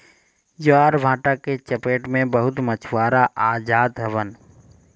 ज्वारभाटा के चपेट में बहुते मछुआरा आ जात हवन